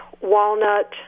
Walnut